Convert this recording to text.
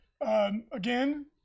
Again